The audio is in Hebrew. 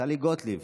טלי גוטליב.